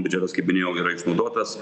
biudžetas kaip minėjau yra išnaudotas